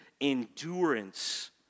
endurance